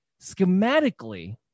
Schematically